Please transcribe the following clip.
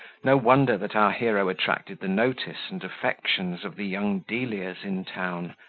no wonder that our hero attracted the notice and affections of the young delias in town,